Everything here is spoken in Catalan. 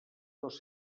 dos